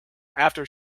after